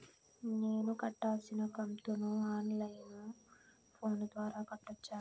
నేను కట్టాల్సిన కంతును ఆన్ లైను ఫోను ద్వారా కట్టొచ్చా?